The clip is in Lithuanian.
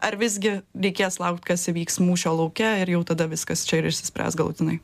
ar visgi reikės laukt kas įvyks mūšio lauke ir jau tada viskas čia ir išsispręs galutinai